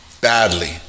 badly